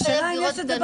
השאלה אם יש את זה בחוק.